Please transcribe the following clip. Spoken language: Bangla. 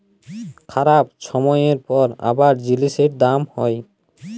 খারাপ ছময়ের পর আবার জিলিসের দাম হ্যয়